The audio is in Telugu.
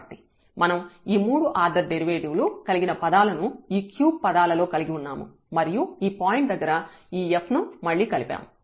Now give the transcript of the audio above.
కాబట్టి మనం ఈ మూడవ ఆర్డర్ డెరివేటివ్ లు కలిగిన పదాలను ఈ క్యూబ్ పదాలలో కలిగి ఉన్నాము మరియు ఈ పాయింట్ దగ్గర ఈ f ను మళ్ళీ కలిపాము